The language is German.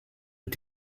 mit